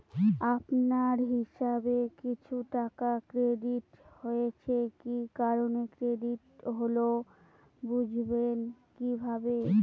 আপনার হিসাব এ কিছু টাকা ক্রেডিট হয়েছে কি কারণে ক্রেডিট হল বুঝবেন কিভাবে?